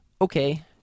okay